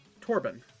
torben